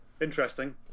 Interesting